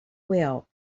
well